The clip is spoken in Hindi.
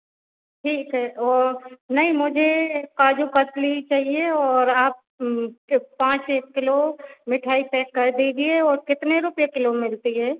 ठीक है और नहीं मुझे काजू कतली चाहिए और आप के पाँच एक किलो मिठाई पेक कर दीजिए और कितने रुपये किलो मिलती है